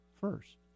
first